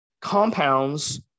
compounds